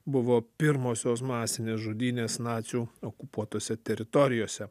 buvo pirmosios masinės žudynės nacių okupuotose teritorijose